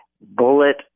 bullet